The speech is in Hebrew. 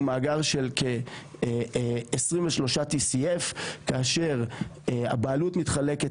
הוא מאגר של כ-TCF23 כאשר הבעלות מתחלקת